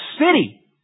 city